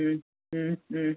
ഉം ഉം ഉം